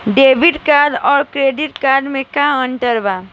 Debit card आउर credit card मे का अंतर बा?